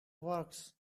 works